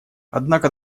однако